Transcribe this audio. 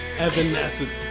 Evanescence